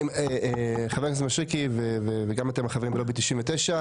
חבר הנסת מישרקי וגם אתם החברים בלובי 99,